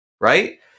right